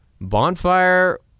Bonfire